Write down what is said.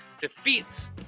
Defeats